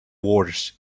wars